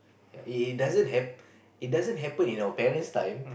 it doesn't ha~ it doesn't happen in our parent's time